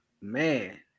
man